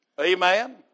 Amen